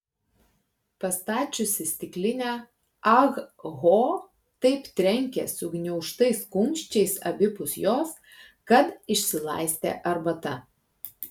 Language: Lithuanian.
pastačiusi stiklinę ah ho taip trenkė sugniaužtais kumščiais abipus jos kad išsilaistė arbata